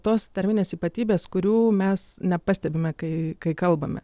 tos tarminės ypatybės kurių mes nepastebime kai kai kalbame